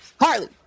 harley